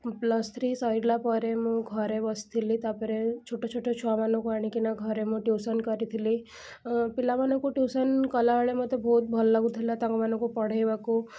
plus three ସାରିଲାପରେ ମୁଁ ଘରେ ବସିଥିଲି ତାପରେ ଛୋଟ ଛୋଟ ଛୁଆ ମାନଙ୍କୁ ଆଣିକିନା ଘରେ ମୁଁ ଟିଉସନ କରିଥିଲି ପିଲାମାନଙ୍କୁ ଟିଉସନ୍ କଲାବେଳେ ମୋତେ ବହୁତ ଭଲ ଲାଗୁଥିଲା ତାଙ୍କମାନଙ୍କୁ ପଢ଼େଇବାକୁ